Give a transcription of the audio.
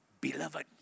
beloved